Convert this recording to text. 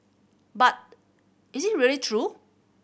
but is it really true